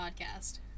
podcast